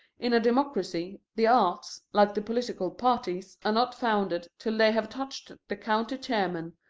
in a democracy, the arts, like the political parties, are not founded till they have touched the county chairman,